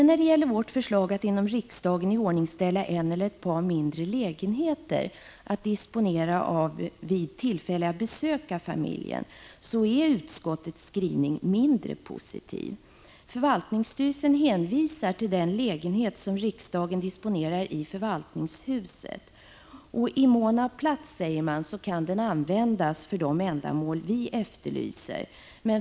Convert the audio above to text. När det gäller vårt förslag att inom riksdagen iordningställa en eller ett par mindre lägenheter att disponera vid tillfälliga besök av familjen är utskottets skrivning mindre positiv. Förvaltningsstyrelsen hänvisar till den lägenhet som riksdagen disponerar i förvaltningshuset och säger att den i mån av plats kan användas för de ändamål vi anger.